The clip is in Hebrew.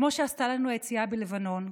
כמו שעשתה לנו היציאה מלבנון,